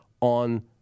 on